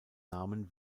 namen